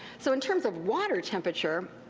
so in terms of water temperature,